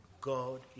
God